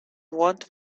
want